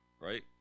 Right